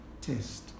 test